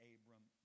Abram